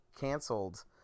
canceled